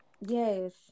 Yes